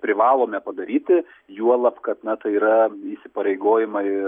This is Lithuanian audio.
privalome padaryti juolab kad na tai yra įsipareigojimai